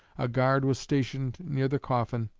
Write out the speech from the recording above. a guard was stationed near the coffin,